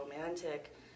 romantic